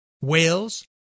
whales